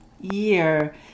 year